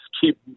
keep